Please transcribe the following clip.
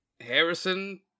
Harrison